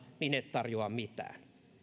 tarjoa mitään